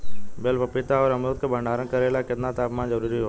बेल पपीता और अमरुद के भंडारण करेला केतना तापमान जरुरी होला?